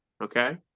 Okay